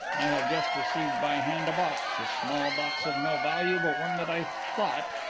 i have just received by hand a box, a small box of no value but one that i thought,